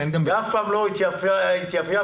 אף פעם לא התיפייפתי,